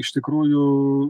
iš tikrųjų